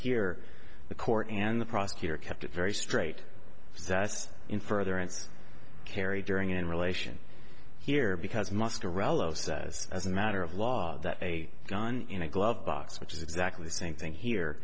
here the court and the prosecutor kept it very straight sas in furtherance carry during in relation here because muster relative says as a matter of law that a gun in a glove box which is exactly the same thing here